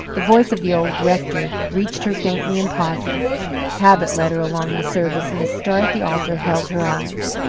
the voice of the old rector reached her faintly in pauses habit led her along the service, and the star at the altar held her eyes.